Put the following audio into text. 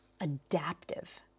adaptive